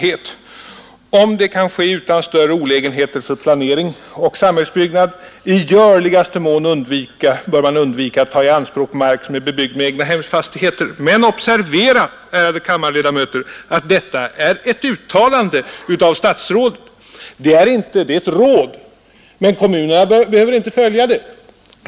Han säger bl.a.: ”Jag tänker härvid på att en kommun, om det kan ske utan större olägenheter för planering och samhällsbyggnad, i görligaste mån undviker att ta i anspråk mark som är bebyggd med egnahemsfastigheter.” Men observera, ärade kammarledamöter, att detta är ett uttalande av statsrådet. Det är ett råd, ingen lag, och kommunerna behöver inte följa det.